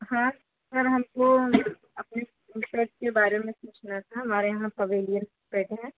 हाँ सर हम को अपने पेट के बारे में पूछना था हमारे यहाँ पवेलियन पेट है